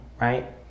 right